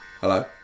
Hello